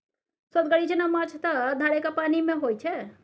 सोअदगर इचना माछ त धारेक पानिमे होए छै